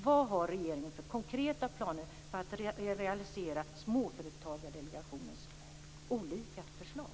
Vad har regeringen för konkreta planer på att realisera Småföretagsdelegationens olika förslag?